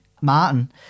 Martin